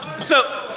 so